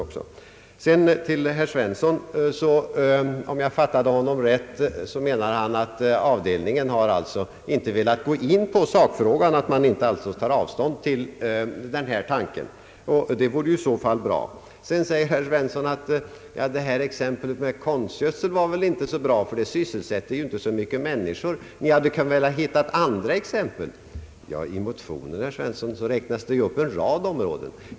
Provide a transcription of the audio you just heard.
Sedan några ord till herr Svensson. Om jag fattade honom rätt, menade han att avdelningen inte har velat gå in på sakfrågan och att man alltså inte tar avstånd från tanken på gåvosändningar. Det vore i så fall bra. Sedan säger herr Svensson att exemplet med konstgödsel inte är så bra, eftersom konstgödselindustrin inte sysselsätter så många människor. Vi borde väl ha kunnat hitta andra exempel, menar han. Men, herr Svensson, i motionen räknas upp en rad områden.